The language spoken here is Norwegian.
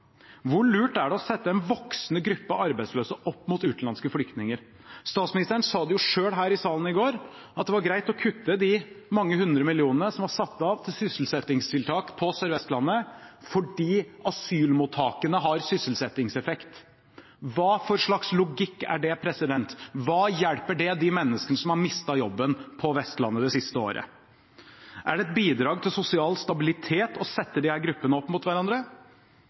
Hvor lurt er det å sette en voksende gruppe arbeidsløse opp mot utenlandske flyktninger? Statsministeren sa det selv her i salen i går – at det var greit å kutte de mange hundre millioner kronene som var satt av til sysselsettingstiltak på Sør-Vestlandet, fordi asylmottakene har sysselsettingseffekt. Hva for slags logikk er det? Hva hjelper det de menneskene som har mistet jobben på Vestlandet det siste året? Er det et bidrag til sosial stabilitet å sette disse gruppene opp mot hverandre?